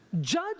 judge